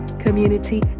community